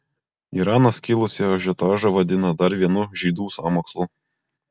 iranas kilusį ažiotažą vadina dar vienu žydų sąmokslu